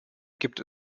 gibt